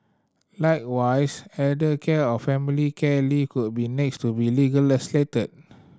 likewise elder care or family care leave could be next to be legislated